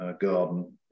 garden